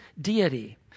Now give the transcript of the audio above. deity